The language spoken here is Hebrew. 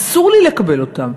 אסור לי לקבל אותן.